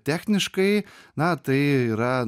techniškai na tai yra